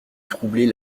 troubler